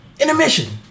Intermission